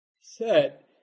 set